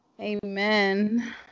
amen